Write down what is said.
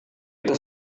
itu